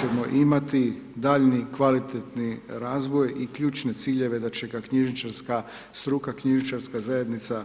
ćemo imati daljnji kvalitetni razvoj i ključne ciljeve da će ga knjižničarska struka, knjižničarska zajednica